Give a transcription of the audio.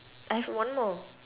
I have one more